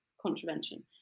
contravention